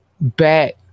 back